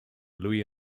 louis